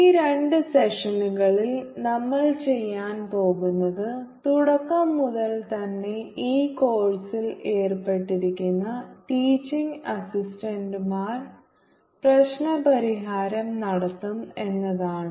ഈ രണ്ട് സെഷനുകളിലും നമ്മൾ ചെയ്യാൻ പോകുന്നത് തുടക്കം മുതൽ തന്നെ ഈ കോഴ്സിൽ ഏർപ്പെട്ടിരിക്കുന്ന ടീച്ചിംഗ് അസിസ്റ്റന്റുമാർ പ്രശ്നപരിഹാരം നടത്തും എന്നതാണ്